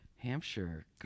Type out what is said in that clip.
Hampshire